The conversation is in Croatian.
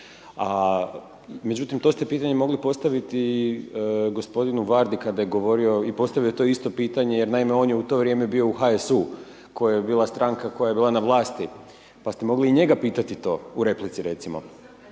Međutim, to ste pitanje mogli postaviti i gospodinu Vardi kada je govorio i postavio to isto pitanje jer, naime, on je u to vrijeme bio u HSU koja je bila stranka koja je bila na vlasti, pa ste mogli i njega pitati to, u replici recimo.